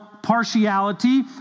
partiality